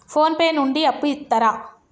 Phone pay నుండి అప్పు ఇత్తరా?